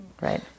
right